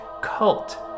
cult